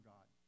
God